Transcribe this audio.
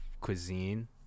cuisine